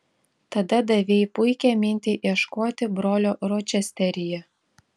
tada davei puikią mintį ieškoti brolio ročesteryje